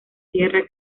tierra